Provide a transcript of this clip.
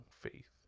faith